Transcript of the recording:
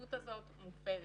ההתחייבות הזאת מופרת